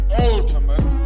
ultimate